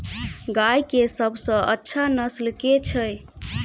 गाय केँ सबसँ अच्छा नस्ल केँ छैय?